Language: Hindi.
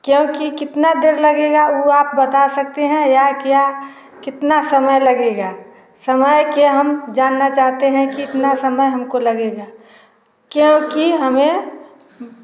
क्योंकि कितना देर लगेगा वो आप बता सकते हैं या क्या कितना समय लगेगा समय के हम जानना चाहते हैं कितना समय हमको लगेगा क्योंकि हमें